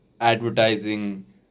advertising